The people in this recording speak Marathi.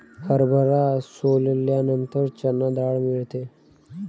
हरभरा सोलल्यानंतर चणा डाळ मिळते